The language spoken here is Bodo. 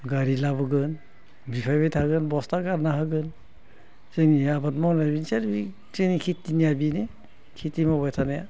गारि लाबोगोन बिफैबाय थागोन बसथा गारना होगोन जोंनि आबाद मावनाया बिदि आरो जोंनि खेथिनिया बेनो खेथि मावबाय थानाया